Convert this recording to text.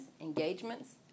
engagements